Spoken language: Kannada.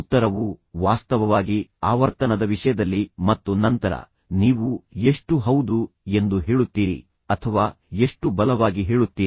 ಉತ್ತರವು ವಾಸ್ತವವಾಗಿ ಆವರ್ತನದ ವಿಷಯದಲ್ಲಿ ಮತ್ತು ನಂತರ ನೀವು ಎಷ್ಟು ಹೌದು ಎಂದು ಹೇಳುತ್ತೀರಿ ಅಥವಾ ಎಷ್ಟು ಬಲವಾಗಿ ಹೇಳುತ್ತೀರಿ